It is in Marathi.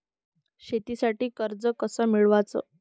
शेतीसाठी कर्ज कस मिळवाच?